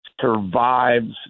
survives